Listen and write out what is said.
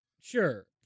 Sure